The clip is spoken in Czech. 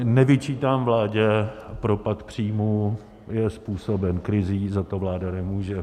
Nevyčítám vládě propad příjmů, je způsoben krizí, za to vláda nemůže.